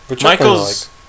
Michael's